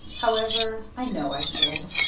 however, i know i should.